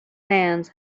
hands